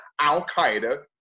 al-Qaeda